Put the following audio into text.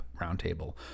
Roundtable